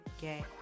get